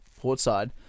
Portside